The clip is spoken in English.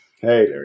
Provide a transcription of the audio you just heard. Hey